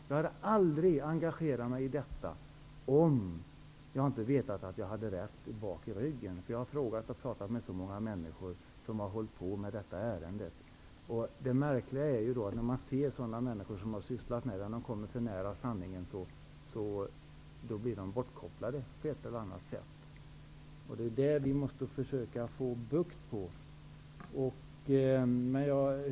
Jag skulle aldrig ha engagerat mig i detta om jag inte visste att jag har rätt. Jag har pratat med många människor som har hållit på med detta ärende. Det märkliga är att de som kommer för nära sanningen blir bortkopplade. Det är det som vi måste försöka få bukt med.